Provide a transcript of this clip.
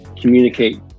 communicate